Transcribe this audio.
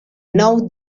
nou